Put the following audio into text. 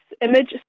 image